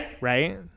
right